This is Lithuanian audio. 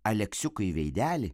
aleksiukui veidelį